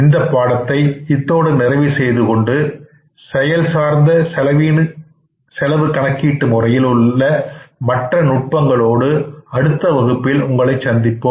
இந்த பாடத்தை இத்தோடு நிறைவு செய்துகொண்டு செயல் சார்ந்த செலவு கணக்கீட்டு முறையில் உள்ள மற்ற நுட்பங்களோடு அடுத்த வகுப்பில் சந்திப்போம்